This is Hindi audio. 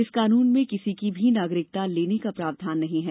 इस कानून में किसी की नागरिकता लेने का प्रावधान नहीं है